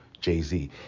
Jay-Z